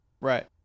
Right